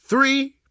Three